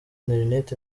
internet